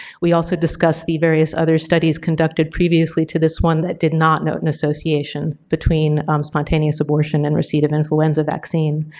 we also discussed the various other studies conducted previously to this one that did not show an association between spontaneous abortion and receipt of influenza vaccine.